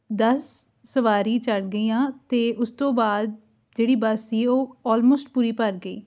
ਦਸ ਸਵਾਰੀ ਚੜ੍ਹ ਗਈਆਂ ਅਤੇ ਉਸ ਤੋਂ ਬਾਅਦ ਜਿਹੜੀ ਬੱਸ ਸੀ ਉਹ ਔਲਮੋਸਟ ਪੂਰੀ ਭਰ ਗਈ